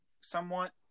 somewhat